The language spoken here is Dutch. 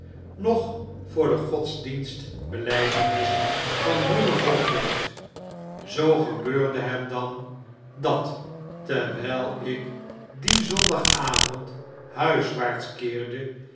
noch voor de godsdienstbelydenis van broeder hawkyard zoo gebeurde het dan dat terwyl ik dien zondag avond huiswaarts keerde